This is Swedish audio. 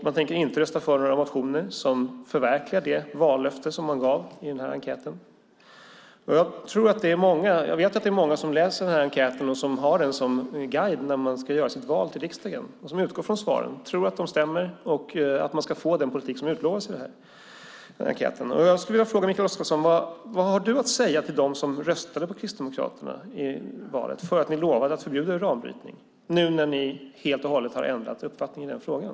Man tänker inte rösta för några motioner som förverkligar det vallöfte som man gav i enkäten. Jag vet att det är många som läser enkäten och har den som guide när de ska göra sitt val till riksdagen. De utgår från svaren, tror att de stämmer och att de ska få den politik som utlovas. Jag skulle vilja fråga Mikael Oscarsson: Vad har du att säga till dem som röstade på Kristdemokraterna i valet för att ni lovade att förbjuda uranbrytning, nu när ni helt och hållet har ändrat uppfattning i den frågan?